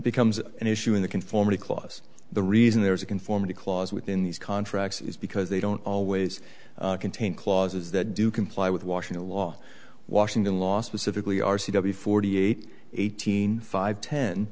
becomes an issue in the conformity clause the reason there is a conformity clause within these contracts is because they don't always contain clauses that do comply with washington law washington last civically r c b forty eight eighteen five ten